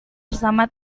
bersama